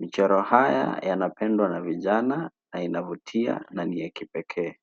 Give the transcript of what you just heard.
Michoro haya yanapendwa na vijana na inavutia na ni ya kipekee.